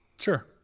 Sure